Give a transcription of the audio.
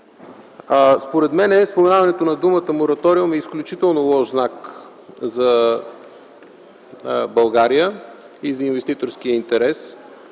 Според мен споменаването на думата „мораториум” е изключително лош знак за България и за инвеститорския интерес.